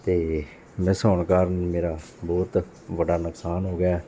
ਅਤੇ ਮਿਸ ਹੋਣ ਕਾਰਨ ਮੇਰਾ ਬਹੁਤ ਬੜਾ ਨੁਕਸਾਨ ਹੋ ਗਿਆ